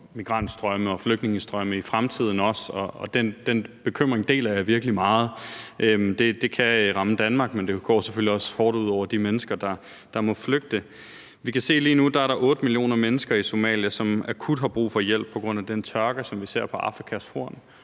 migrantstrømme og flygtningestrømme, og den bekymring deler jeg virkelig. Det kan ramme Danmark, men det går selvfølgelig også hårdt ud over de mennesker, der må flygte. Vi kan lige nu se, at der er 8 millioner mennesker i Somalia, som akut har brug for hjælp på grund af den tørke, som vi ser på Afrikas Horn,